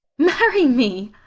marry me?